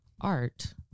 art